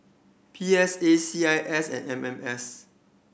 P S A C I S and M M S